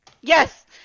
Yes